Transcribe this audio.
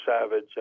Savage